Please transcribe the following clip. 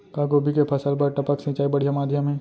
का गोभी के फसल बर टपक सिंचाई बढ़िया माधयम हे?